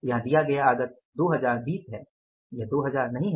यहाँ दिया गया आगत 2020 है यह 2000 नहीं है